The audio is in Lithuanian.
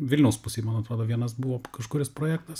vilniaus pusėj man atrodo vienas buvo kažkuris projektas